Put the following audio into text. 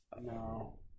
No